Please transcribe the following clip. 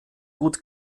gut